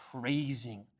praising